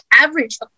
average